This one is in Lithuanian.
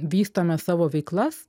vystome savo veiklas